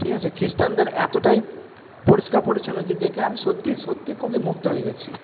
ঠিক আছে খ্রিস্টানদের এতোটাই পরিষ্কার পরিচ্ছন্ন যে দেখে আমি সত্যি সত্যি খুবই মুগ্ধ হয়ে গেছি